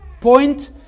point